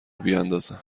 بیندازند